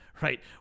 right